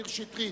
מאיר שטרית,